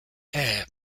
hair